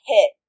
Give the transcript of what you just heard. hit